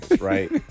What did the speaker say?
right